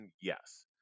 yes